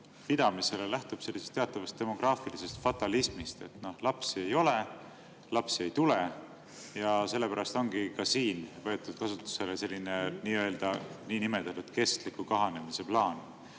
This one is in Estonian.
pidamisel lähtub teatavast demograafilisest fatalismist, et lapsi ei ole, lapsi ei tule, ja sellepärast ongi ka siin võetud kasutusele selline kestliku kahanemise plaan.